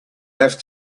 have